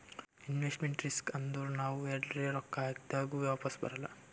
investment risk ಅಂದುರ್ ನಾವ್ ಎಲ್ರೆ ರೊಕ್ಕಾ ಹಾಕ್ದಾಗ್ ವಾಪಿಸ್ ಬರಲ್ಲ